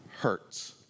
Hurts